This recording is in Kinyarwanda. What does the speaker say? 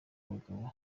abakobwa